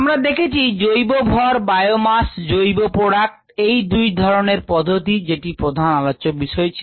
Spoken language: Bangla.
আমরা দেখেছি জৈব ভর বায়োমাস জৈব প্রোডাক্ট এই দুই ধরনের পদ্ধতি যেটি প্রধান আলোচ্য বিষয় ছিল